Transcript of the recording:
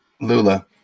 Lula